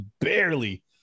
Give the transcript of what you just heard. barely